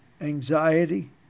anxiety